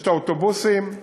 יש האוטובוסים,